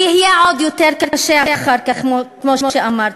ויהיה עוד יותר קשה אחר כך, כמו שאמרתי.